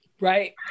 Right